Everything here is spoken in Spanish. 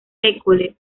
école